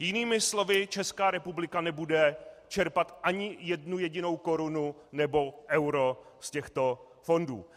Jinými slovy, Česká republika nebude čerpat ani jednu jedinou korunu nebo euro z těchto fondů.